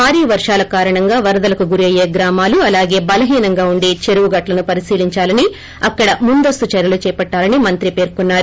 భారీ వర్షాల కారణంగా వరదలకు గురి అయ్యే గ్రామాలు అలాగే బలహీనంగా ఉండే చెరువు గట్లను పరిశీలించాలని అక్కడ ముందస్తు చర్యలు చేపట్టాలని మంత్రి పేర్కొన్నారు